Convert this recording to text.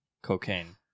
Cocaine